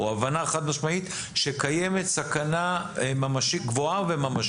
הבנה חד משמעית שקיימת סכנה ממשית גבוהה וממשית.